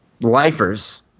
lifers